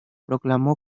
proclamó